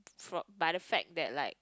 flop but the fact that like